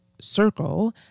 Circle